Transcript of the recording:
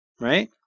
right